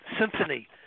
symphony